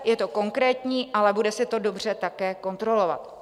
Je to konkrétní, ale bude se to dobře také kontrolovat.